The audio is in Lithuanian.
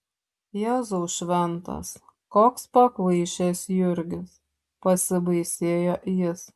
jėzau šventas koks pakvaišęs jurgis pasibaisėjo jis